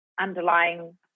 underlying